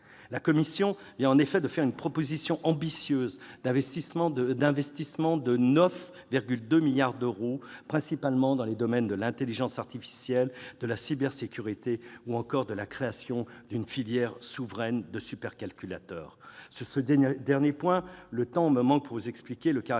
La Commission vient de faire une proposition ambitieuse d'investissement de 9,2 milliards d'euros, principalement dans les domaines de l'intelligence artificielle, de la cybersécurité ou encore de la création d'une filière souveraine de supercalculateurs. Sur ce dernier point, le temps me manque pour vous expliquer le caractère